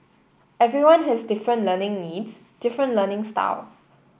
everyone has different learning needs different learning style